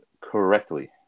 correctly